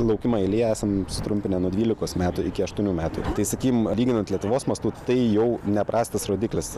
laukimą eilėje esam sutrumpinę nuo dvylikos metų iki aštuonių metų tai sakykim lyginant lietuvos mastu tai jau neprastas rodiklis